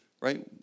Right